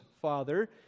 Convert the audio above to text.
Father